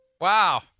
Wow